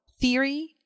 theory